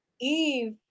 Eve